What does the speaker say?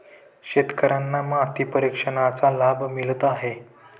शेतकर्यांना माती परीक्षणाचा लाभ मिळत आहे